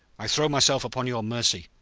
i throw myself upon your mercy.